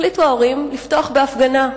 החליטו ההורים לפתוח בהפגנה.